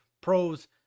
Pros